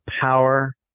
power